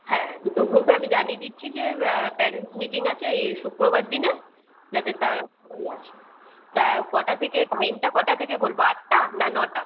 হ্যাঁ দুটো গ্ৰুপে আমি জানিয়ে দিচ্ছি যে প্যারেন্টস মিটিং আছে এই শুক্রবার দিনে যাতে তারা সবাই আসে তা কটা থেকে টাইমটা কটা থেকে বলবো আটটা না নটা